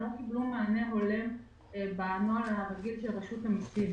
הם לא קיבלו מענה הולם בארנונה --- של רשות המיסים